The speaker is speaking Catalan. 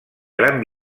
gran